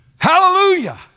Hallelujah